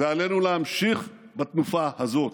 ועלינו להמשיך בתנופה הזאת.